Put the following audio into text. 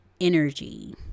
energy